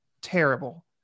terrible